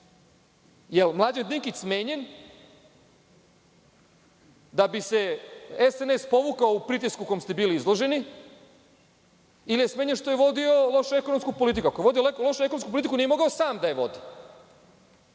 li je Mlađan Dinkić smenjen da bi se SNS povukao u pritisku u kom ste bili izloženi ili je smenjen što je vodio lošu ekonomsku politiku? Ako je vodio lošu ekonomsku politiku, nije mogao sam da je vodi,